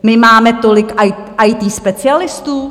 My máme tolik IT specialistů?